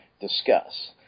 discuss